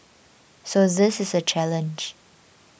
so this is a challenge